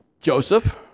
Joseph